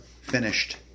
finished